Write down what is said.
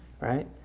Right